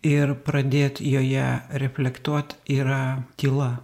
ir pradėt joje reflektuot yra tyla